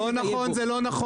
לא נכון, זה לא נכון.